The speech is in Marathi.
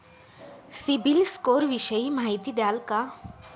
सिबिल स्कोर विषयी माहिती द्याल का?